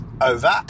Over